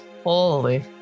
holy